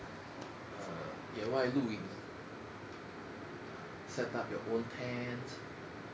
err 野外露营 ah set up your own tent